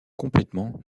complètement